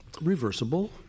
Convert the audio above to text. reversible